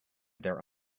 their